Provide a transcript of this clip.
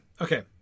okay